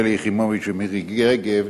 שלי יחימוביץ ומירי רגב,